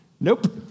nope